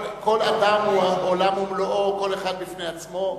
כל אדם הוא עולם ומלואו, כל אחד בפני עצמו,